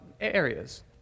areas